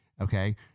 Okay